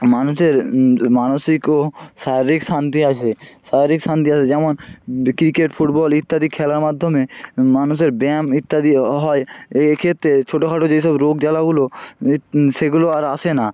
মানুষের মানসিক ও শারীরিক শান্তি আছে শারীরিক শান্তি আছে যেমন ক্রিকেট ফুটবল ইত্যাদি খেলার মাধ্যমে মানুষের ব্যায়াম ইত্যাদি হয় এইক্ষেত্রে ছোটো খাটো যেই সব রোগ জ্বালাগুলো যে সেগুলো আর আসে না